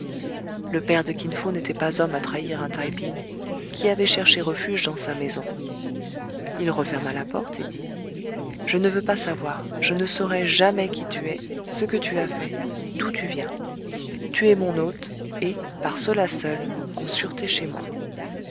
le père de kin fo n'était pas homme à trahir un tai ping qui avait cherché refuge dans sa maison il referma la porte et dit je ne veux pas savoir je ne saurai jamais qui tu es ce que tu as fait d'où tu viens tu es mon hôte et par cela seul en sûreté chez moi